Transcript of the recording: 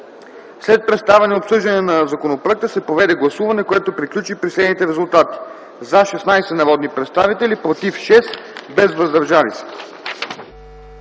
След представяне и обсъждане на законопроекта се проведе гласуване, което приключи при следните резултати: „за” – 16 народни представители, „против” – 6, без „въздържали